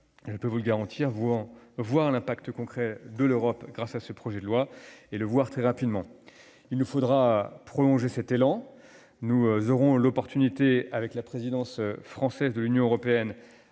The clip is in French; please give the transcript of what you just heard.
je puis vous le garantir, verront l'impact concret de l'Europe grâce à ce projet de loi. Et ils le verront très rapidement. Il nous faudra prolonger cet élan. Nous en aurons l'occasion avec la présidence française de l'Union européenne,